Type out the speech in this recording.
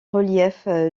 relief